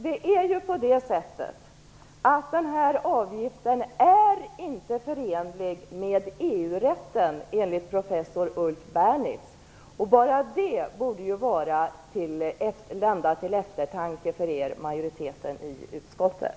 Den här avgiften är enligt professor Ulf Bernitz faktiskt inte förenlig med EU-rätten, och bara det borde lända till eftertanke för er i utskottets majoritet.